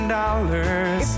dollars